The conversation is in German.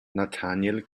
nathaniel